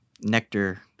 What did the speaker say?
nectar